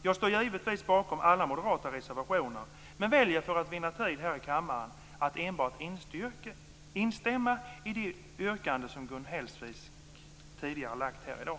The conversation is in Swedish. Jag står givetvis bakom alla moderata reservationer, men väljer för att vinna tid här i kammaren att enbart instämma i de yrkanden som Gun Hellsvik tidigare har gjort här i dag.